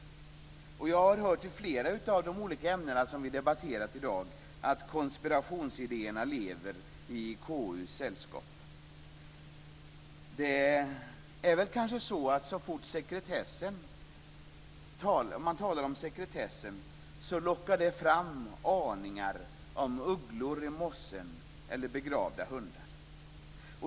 Jag har hört i flera av de olika ämnen som vi har debatterat i dag att konspirationsidéerna lever i KU:s sällskap. Så fort man talar om sekretessen lockar det kanske fram aningar om ugglor i mossen eller begravda hundar.